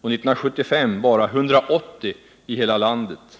och 1975 bara 180 i hela landet.